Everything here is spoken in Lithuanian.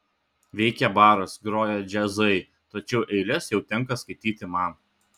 veikia baras groja džiazai tačiau eiles jau tenka skaityti man